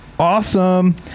Awesome